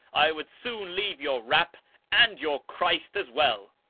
i would soon leave your wrap and your christ as well.